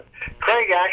Craig